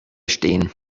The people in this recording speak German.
stehen